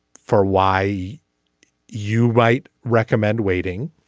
for why you write recommend waiting.